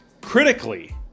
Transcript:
critically